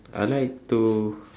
I like to